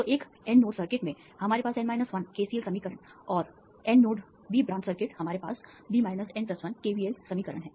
तो एक N nodes circuit में हमारे पास N 1 केसीएल समीकरण और N node B branch circuit हमारे पास B N 1 केवीएल समीकरण हैं